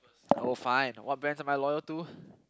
oh fine what brands am I loyal to